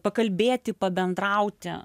pakalbėti pabendrauti